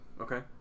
Okay